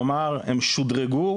כלומר הם שודרגו,